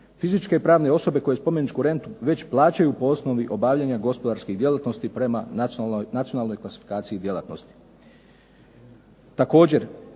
Fizičke i pravne osobe koje spomeničku rentu već plaćaju po osnovi obavljanja gospodarskih djelatnosti prema nacionalnoj klasifikaciji djelatnosti.